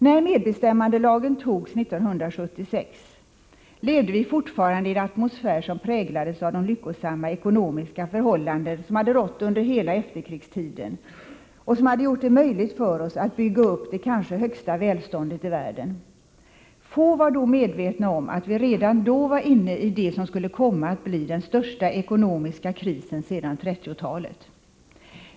När medbestämmandelagen antogs 1976 levde vi fortfarande i en atmosfär som präglades av de lyckosamma ekonomiska förhållanden som hade rått under hela efterkrigstiden och som hade gjort det möjligt för oss att bygga upp det kanske högsta välståndet i världen. Få var då medvetna om att vi redan då var inne i det som skulle komma att bli den största ekonomiska krisen sedan 1930-talet.